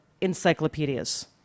encyclopedias